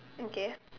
okay